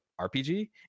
RPG